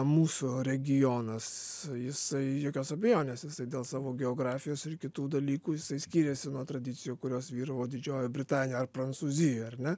mūsų regionas jisai jokios abejonės jisai dėl savo geografijos ir kitų dalykų jisai skirėsi nuo tradicijų kurios vyravo didžiojoj britanijoj ar prancūzijoj ar ne